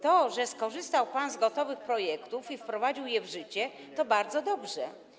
To, że skorzystał pan z gotowych projektów i wprowadził je w życie, to bardzo dobrze.